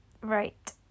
Right